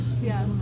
Yes